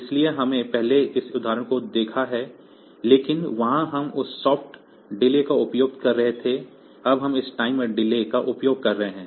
इसलिए हमने पहले इस उदाहरण को देखा है लेकिन वहां हम उस सॉफ्ट डिले का उपयोग कर रहे थे अब हम इस टाइमर डिले का उपयोग कर रहे हैं